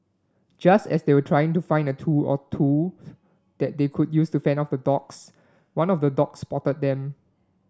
just as they were trying to find a tool or two that they could use to fend off the dogs one of the dogs spotted them